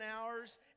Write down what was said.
hours